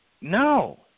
No